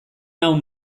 nau